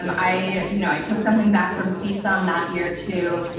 um i you know i took something back from csun that year, too.